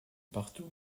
partout